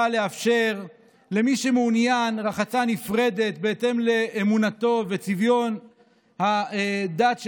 לאפשר למי שמעוניין רחצה נפרדת בהתאם לאמונתו וצביון הדת שלו,